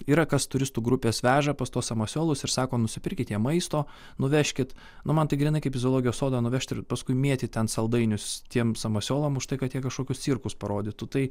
yra kas turistų grupes veža pas tuos samasiolus ir sako nusipirkit jiem maisto nuvežkit nu man tai grynai kaip į zoologijos sodą nuvežt ir paskui mėtyt ten saldainius tiem samasiolam už tai kad jie kažkokius cirkus parodytų tai